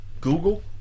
Google